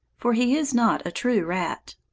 for he is not a true rat.